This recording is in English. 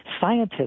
scientists